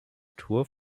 tour